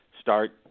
start